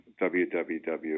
www